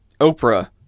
Oprah